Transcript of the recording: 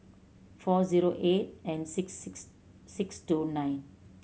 four zero eight and six six six two nine